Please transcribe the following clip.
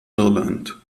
irland